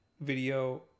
Video